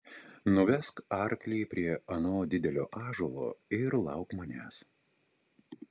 nuvesk arklį prie ano didelio ąžuolo ir lauk manęs